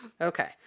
okay